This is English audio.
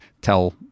tell